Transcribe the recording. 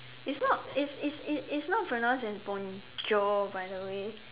it's not it's it's it's it's not pronounce as bonjour by the way